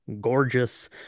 gorgeous